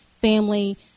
family